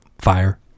Fire